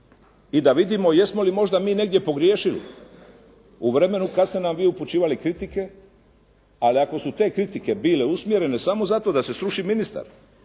i da vidimo jesmo li možda mi negdje pogriješili, u vremenu kada ste nam vi upućivali kritike. Ali ako su te kritike bile usmjerene samo zato da se sruši ministar,